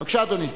בבקשה, אדוני.